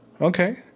Okay